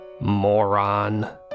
Moron